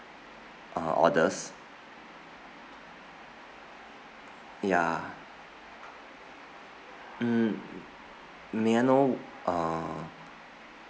uh orders ya mm may I know err